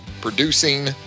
producing